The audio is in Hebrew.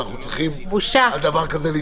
שאנחנו צריכים להתווכח על דבר כזה.